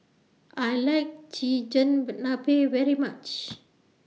I like Chigenabe very much